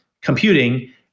computing